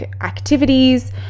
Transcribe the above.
activities